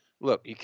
look